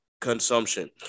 consumption